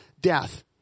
death